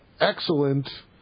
excellent